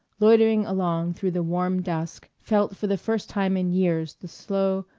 loitering along through the warm dusk, felt for the first time in years the slow,